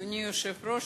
אדוני היושב-ראש,